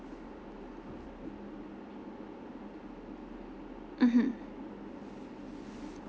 mmhmm